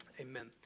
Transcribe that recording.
Amen